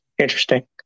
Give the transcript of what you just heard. interesting